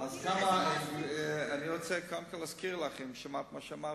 אני רוצה קודם כול להזכיר לך, אם שמעת מה שאמרתי.